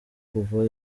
kuva